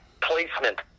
placement